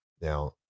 now